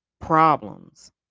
problems